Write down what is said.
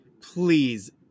please